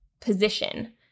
position